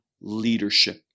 leadership